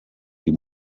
die